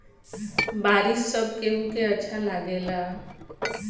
बारिश सब केहू के अच्छा लागेला